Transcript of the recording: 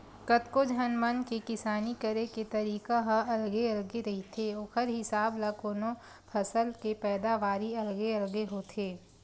कतको झन मन के किसानी करे के तरीका ह अलगे अलगे रहिथे ओखर हिसाब ल कोनो फसल के पैदावारी अलगे अलगे होथे